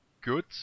good